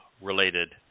related